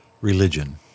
religion